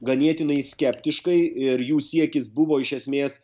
ganėtinai skeptiškai ir jų siekis buvo iš esmės